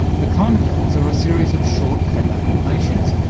the climate dogs are a series of short, clever, animations,